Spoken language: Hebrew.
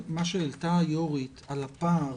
שהעלתה יושבת הראש על הפער